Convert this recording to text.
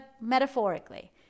metaphorically